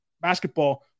basketball